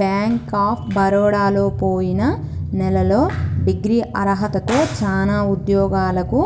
bank of బరోడలో పొయిన నెలలో డిగ్రీ అర్హతతో చానా ఉద్యోగాలకు